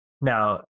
now